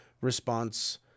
response